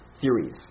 theories